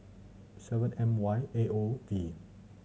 seven M Y A O V